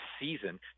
season